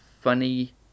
Funny